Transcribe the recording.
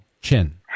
Chin